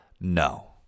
no